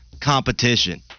competition